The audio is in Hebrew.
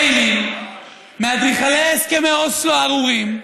ביילין מאדריכלי הסכמי אוסלו הארורים,